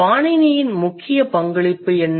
பாணினியின் முக்கிய பங்களிப்பு என்ன